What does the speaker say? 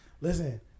Listen